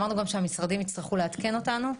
טוב, בואו נראה מה התקדמנו מאז,